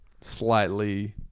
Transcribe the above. slightly